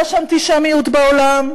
יש אנטישמיות בעולם,